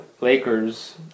Lakers